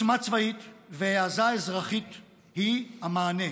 עוצמה צבאית והעזה אזרחית הן המענה.